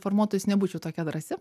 formuotojus nebūčiau tokia drąsi